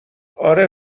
اره